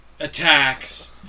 Attacks